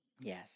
Yes